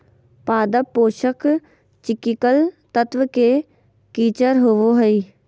पादप पोषक चिकिकल तत्व के किचर होबो हइ